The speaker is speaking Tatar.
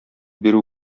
бирү